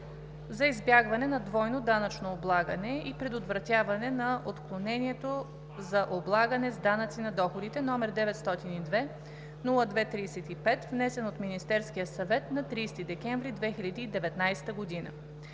за избягване на двойното данъчно облагане и предотвратяване на отклонението от облагане с данъци на доходите, № 902-02-35, внесен от Министерския съвет на 30 декември 2019 г.